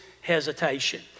hesitation